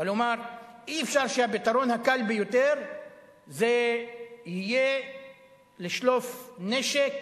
כלומר אי-אפשר שהפתרון הקל ביותר יהיה לשלוף נשק,